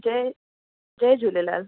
जय जय झूलेलाल